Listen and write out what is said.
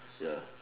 ya